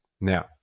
Now